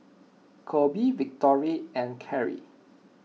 Coby Victory and Carie